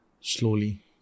slowly